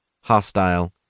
hostile